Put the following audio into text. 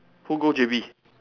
who go J_B